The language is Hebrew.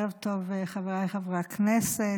ערב טוב, חבריי חברי הכנסת.